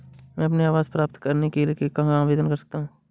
मैं अपना आवास प्राप्त करने के लिए कहाँ आवेदन कर सकता हूँ?